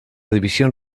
división